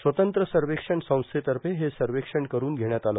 स्वतंत्र सर्वेक्षण संस्थेतर्फे हे सर्वेक्षण कठन घेण्यात आलं